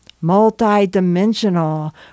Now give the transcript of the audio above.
multi-dimensional